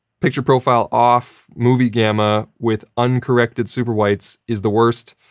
picture profile off, movie gamma with uncorrected super whites is the worst,